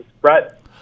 brett